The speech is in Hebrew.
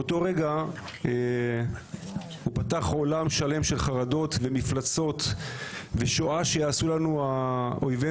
מאותו רגע הוא פתח עולם שלם של חרדות ומפלצות ושואה שיעשו לנו אויבנו